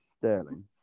Sterling